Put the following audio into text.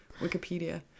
wikipedia